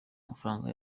amafaranga